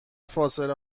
فاصله